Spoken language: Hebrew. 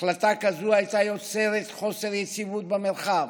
החלטה כזו הייתה יוצרת חוסר יציבות במרחב